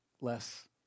less